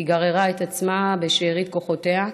היא גררה את עצמה בשארית כוחותיה.